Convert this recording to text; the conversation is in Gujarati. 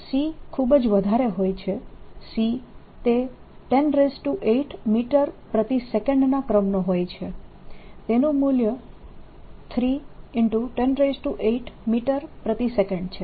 c ખૂબ જ વધારે હોય છે c એ 108 મીટર પ્રતિ સેકંડના ક્રમનો હોય છે તેનું મૂલ્ય 3 x 108 મીટર પ્રતિ સેકંડ છે